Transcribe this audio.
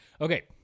Okay